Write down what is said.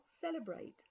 celebrate